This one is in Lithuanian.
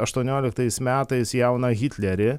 aštuonioliktais metais jauną hitlerį